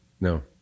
No